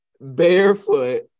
barefoot